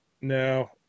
No